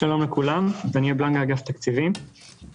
לכן הערכנו בבניית התקציב שנצטרך תקציב קצת יותר